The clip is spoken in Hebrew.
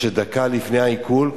שדקה לפני העיקול,